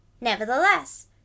Nevertheless